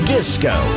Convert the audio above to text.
Disco